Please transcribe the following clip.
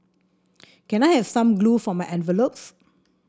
can I have some glue for my envelopes